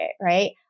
right